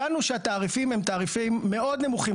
הבנו שהתעריפים הם תעריפים מאוד נמוכים,